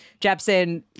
Jepsen